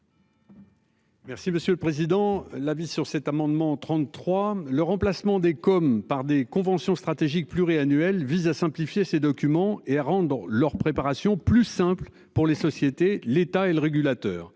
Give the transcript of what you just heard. Merci monsieur le président. La vie sur cet amendement 33 le remplacement des comme par des conventions stratégique pluriannuel vise à simplifier ces documents et rentrent dans leur préparation plus simple pour les sociétés. L'État et le régulateur